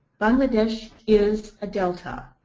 bangladesh is a delta,